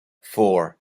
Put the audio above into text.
four